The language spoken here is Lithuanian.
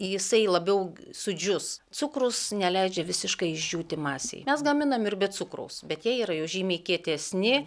jisai labiau sudžius cukrus neleidžia visiškai išdžiūti masei mes gaminam ir be cukraus bet jie yra jau žymiai kietesni